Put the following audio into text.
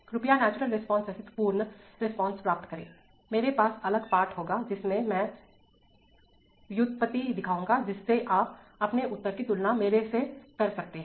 कृपया natural response सहित पूर्ण रिस्पांस प्राप्त करें मेरे पास अलग पाठ होगा जिसमें मैं व्युत्पत्ति दिखाऊंगा जिससे आप अपने उत्तर की तुलना मेरे से कर सकते हैं